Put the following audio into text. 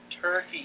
turkey